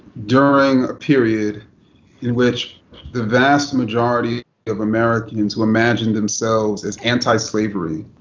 during a period in which the vast majority of americans who imagined themselves as anti slavery,